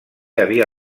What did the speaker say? havia